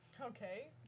Okay